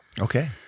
Okay